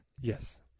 yes